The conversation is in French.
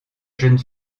jeune